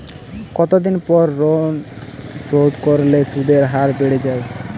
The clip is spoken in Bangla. কতদিন পর লোন শোধ করলে সুদের হার বাড়ে য়ায়?